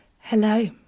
hello